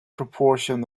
proportion